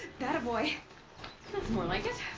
thatta boy! that's more like it.